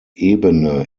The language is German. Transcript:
ebene